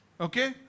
okay